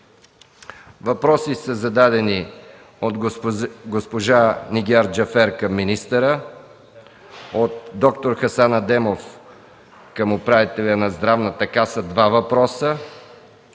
въпроси са зададени от госпожа Нигяр Джафер към министъра, от д-р Хасан Адемов към управителя на Здравната каса – два въпроса,